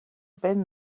been